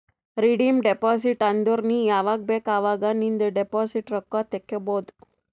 redeem deposit ಅಂದುರ್ ನೀ ಯಾವಾಗ್ ಬೇಕ್ ಅವಾಗ್ ನಿಂದ್ ಡೆಪೋಸಿಟ್ ರೊಕ್ಕಾ ತೇಕೊಬೋದು